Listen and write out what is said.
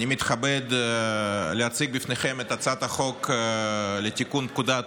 אני מתכבד להציג בפניכם את הצעת חוק לתיקון פקודת